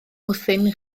bwthyn